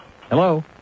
Hello